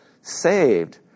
saved